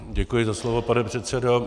Děkuji za slovo, pane předsedo.